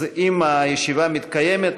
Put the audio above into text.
אם הישיבה מתקיימת,